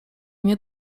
nie